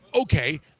okay